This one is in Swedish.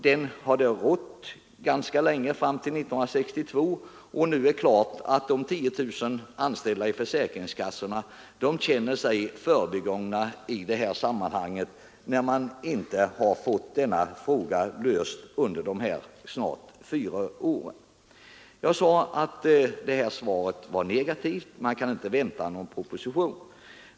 Det är klart att de 10 000 anställda vid försäkringskassorna känner sig förbigångna i det här sammanhanget, när denna fråga inte har lösts under de snart fyra år som gått sedan vi väckte vår motion. Jag sade att svaret är negativt; man kan inte vänta någon proposition i vår.